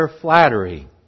flattery